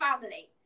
family